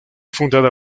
fundada